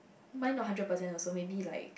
mine not hundred percent also maybe like